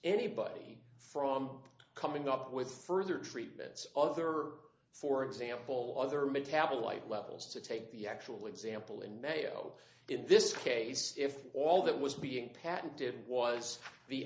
anybody from coming up with further treatments other for example other metabolite levels to take the actual example in mayo in this case if all that was being patented was the